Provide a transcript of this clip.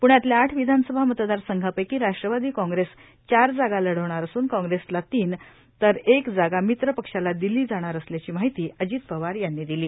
पुण्यातल्या आठ विधानसभा मतदार संघांपैकी राष्ट्रवादी काँग्रेस चार जागा लढवणार असून काँग्रेसला तीन तर एक जागा मित्र पक्षाला दिली जाणार असल्याची माहिती माहिती अजित पवार यांनी दिली